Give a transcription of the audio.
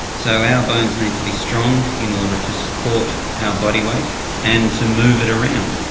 so our bones need to be strong in order to support our body weight and to move it around.